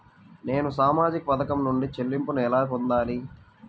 నేను సామాజిక పథకం నుండి చెల్లింపును ఎలా పొందాలి?